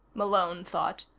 malone thought,